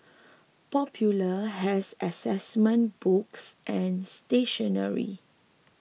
popular has assessment books and stationery